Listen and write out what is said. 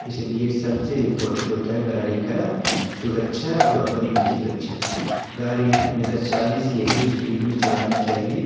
इसीलिए सबसे इंपोर्टेंट होता है गाड़ी की सुरक्षा और अपनी भी सुरक्षा गाड़ी हमेशा चालीस के ही स्पीड में चलानी चाहिए